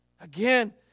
Again